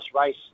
race